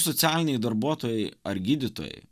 socialiniai darbuotojai ar gydytojai